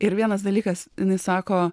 ir vienas dalykas jinai sako